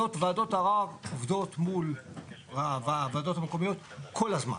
וועדות ערר עובדות מול הוועדות המקומיות כל הזמן.